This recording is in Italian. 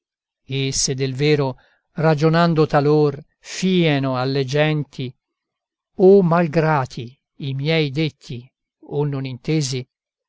e se del vero ragionando talor fieno alle genti o mal grati i miei detti o non intesi